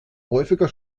häufiger